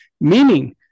meaning